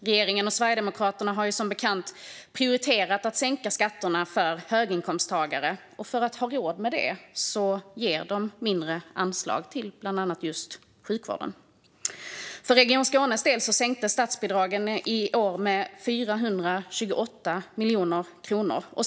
Regeringen och Sverigedemokraterna har ju som bekant prioriterat att sänka skatterna för höginkomsttagare, och för att ha råd med det ger de mindre anslag till bland annat sjukvården. För Region Skånes del sänktes statsbidragen i år med 428 miljoner kronor.